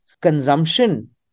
consumption